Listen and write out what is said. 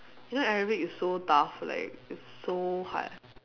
you know Arabic is so tough like it's so hard